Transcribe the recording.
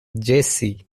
jessie